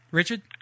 richard